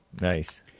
Nice